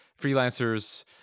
freelancers